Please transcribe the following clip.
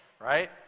right